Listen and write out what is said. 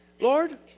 Lord